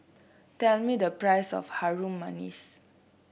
tell me the price of Harum Manis